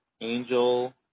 Angel